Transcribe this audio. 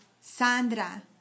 Sandra